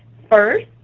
first,